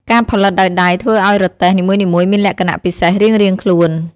ការផលិតដោយដៃធ្វើឱ្យរទេះនីមួយៗមានលក្ខណៈពិសេសរៀងៗខ្លួន។